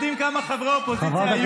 אתם יודעים כמה חברי אופוזיציה היו?